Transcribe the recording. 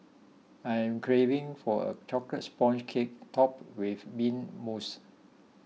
I am craving for a Chocolate Sponge Cake Topped with Mint Mousse